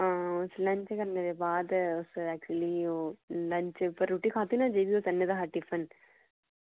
हां उस लंच करने दे बाद उस ऐक्चुयली ओह् लंच उप्पर रुट्टी खाद्धी ना आह्ने दा हा टिफिन